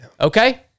Okay